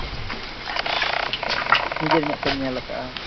ᱟᱪᱪᱷᱟ ᱟᱪᱪᱷᱟ ᱱᱤᱡᱮᱨ ᱢᱮᱫ ᱛᱮᱢ ᱧᱮᱞ ᱟᱠᱟᱜᱼᱟ